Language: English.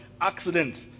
accidents